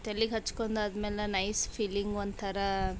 ತಲೆಗೆ ಹಚ್ಕೊಂಡಾದ್ಮೇಲೆ nice feeling ಒಂಥರ